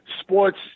sports